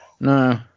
No